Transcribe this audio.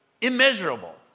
immeasurable